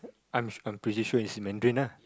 I'm I'm pretty sure it's in Mandarin ah